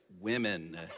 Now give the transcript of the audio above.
women